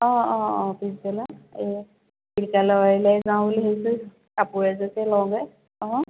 অঁ অঁ অঁ পিছবেলা এই ঢেকিয়াল লৈ যাওঁ বুলি ভাবিছোঁ কাপোৰ এযোৰকে লওঁগৈ অঁ